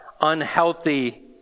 unhealthy